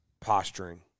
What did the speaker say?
posturing